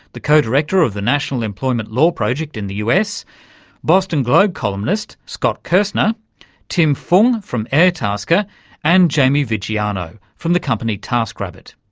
the co-director of the national employment law project in the us boston globe columnist scott kirsner tim fung from airtasker and jamie viggiano from the company taskrabbit.